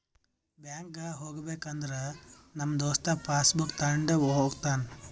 ಬ್ಯಾಂಕ್ಗ್ ಹೋಗ್ಬೇಕ ಅಂದುರ್ ನಮ್ ದೋಸ್ತ ಪಾಸ್ ಬುಕ್ ತೊಂಡ್ ಹೋತಾನ್